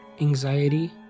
anxiety